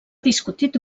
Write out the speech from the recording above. discutit